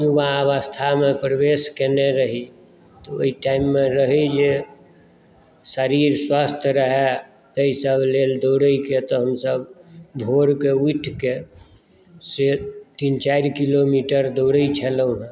युवावस्थामे प्रवेश कयने रही ओहि टाइम मे रहय जे शरीर स्वस्थ्य रहय तैॅं सभ लेल दौड़यके लेल तऽ हमसभ भोरके उठिके से तीन चारि किलोमीटर दौड़ै छलहुँ